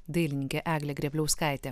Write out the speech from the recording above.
dailininkė eglė grėbliauskaitė